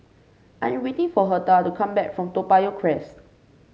I am waiting for Hertha to come back from Toa Payoh Crest